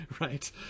Right